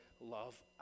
love